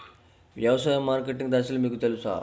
వ్యవసాయ మార్కెటింగ్ దశలు మీకు తెలుసా?